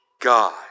God